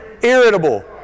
irritable